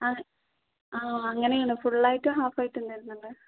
ആ അങ്ങനേണ് ഫുൾ ആയിട്ടും ഹാഫ് ആയിട്ടും തരുന്നുണ്ട്